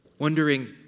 wondering